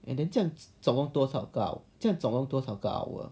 and then 总共都少个总共都少个 hour